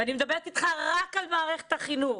ואני מדברת איתך רק על מערכת החינוך.